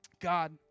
God